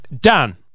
Dan